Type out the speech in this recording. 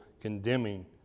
condemning